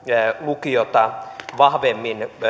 lukiota vahvemmin